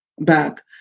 back